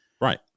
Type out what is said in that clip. Right